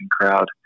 crowd